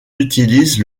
utilise